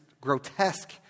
grotesque